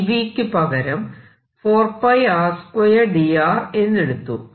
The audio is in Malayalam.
dV യ്ക്കു പകരം 4r2 dr എന്നെടുത്തു